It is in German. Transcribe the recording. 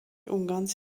ungarns